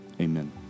Amen